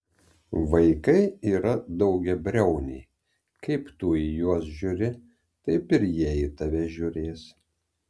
vaikai yra daugiabriauniai kaip tu į juos žiūri taip ir jie į tave žiūrės